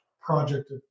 project